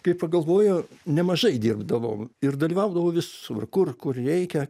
kai pagalvoju nemažai dirbdavau ir dalyvaudavau visur kur kur reikia